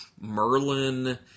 Merlin